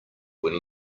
when